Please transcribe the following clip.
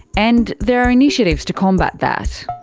and there are initiatives to combat that.